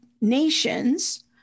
nations